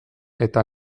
eta